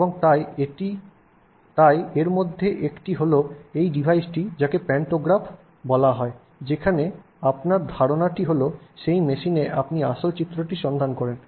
এবং তাই এর মধ্যে একটি হল এই ডিভাইসটি যাকে প্যান্টোগ্রাফ বলা হয় যেখানে ধারণাটি হল সেই মেশিনে আপনি আসল চিত্রটি সন্ধান করেন